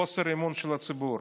חוסר אמון של הציבור.